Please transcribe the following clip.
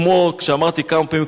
כמו שאמרתי כמה פעמים,